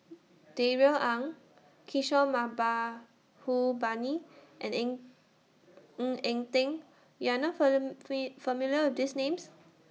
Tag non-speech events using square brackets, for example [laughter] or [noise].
Darrell Ang Kishore Mahbubani and in Ng Eng Teng YOU Are not [unintelligible] familiar with These Names